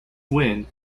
win